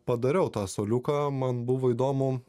padariau tą suoliuką man buvo įdomu